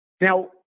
Now